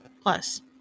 Plus